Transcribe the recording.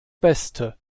beste